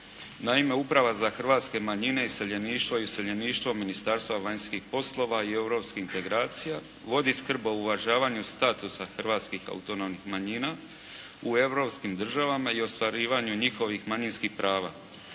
Naime, Uprava za hrvatske manjine i iseljeništvo, iseljeništvo Ministarstva vanjskih poslova i europskih integracija, vodi skrb o uvažavanju statusa hrvatskih autonomnih manjina u europskim državama i ostvarivanju njihovih manjinskih prava,